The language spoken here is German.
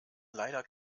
leider